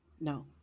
No